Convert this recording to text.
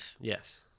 Yes